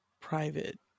private